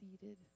seated